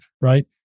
right